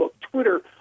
Twitter